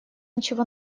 ничего